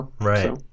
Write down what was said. Right